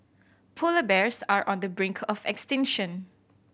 polar bears are on the brink of extinction